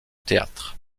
théâtre